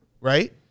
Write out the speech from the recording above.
right